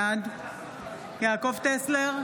בעד יעקב טסלר,